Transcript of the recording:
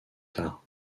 tard